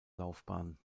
laufbahn